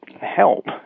help